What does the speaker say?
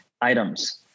items